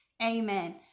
Amen